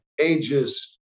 ages